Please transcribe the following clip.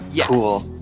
Cool